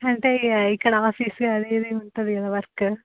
అంటే ఇ ఇక్కడ ఆఫీసు అది ఇది ఉంటుంది కదా వర్క్